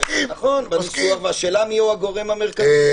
השאלה מי הגורם המרכזי.